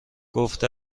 گفت